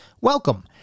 welcome